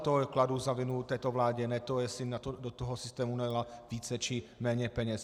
Tohle kladu za vinu této vládě, ne to, jestli do toho systému nalila více, či méně peněz.